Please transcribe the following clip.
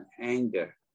anger